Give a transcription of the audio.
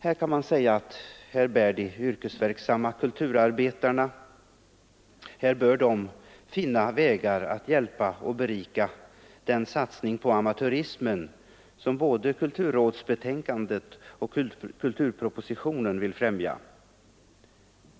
Här kan man säga att de yrkesverksamma kulturarbetarna bör finna vägar att hjälpa till att berika den satsning på amatörismen som både kulturrådsbetänkandet och kulturpropositionen vill främja.